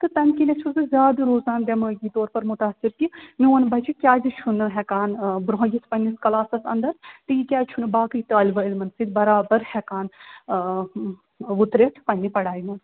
تہٕ تَمہِ کِنٮ۪تھ چھُ تۅہہِ زیادٕ روزان دٮ۪مٲغی طور پَر مُتاثر کہِ میٛون بَچہِ کیٛازِ چھُنہٕ ہٮ۪کان آ برٛونٛہہ یِتھ پنٕنِس کلاسَس اَنٛدر تہٕ یہِ کیٛازِ چھُنہٕ باقٕے طٲلبہٕ عٔلمَن سۭتۍ بَرابر ہٮ۪کان آ وُترِتھ پنٕنہِ پَڑایہِ منٛز